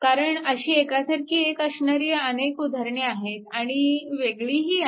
कारण अशी एकासारखी एक असणारी अनेक उदाहरणे आहेत आणि वेगळीही आहेत